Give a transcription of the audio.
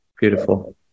Beautiful